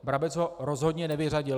Brabec ho rozhodně nevyřadil.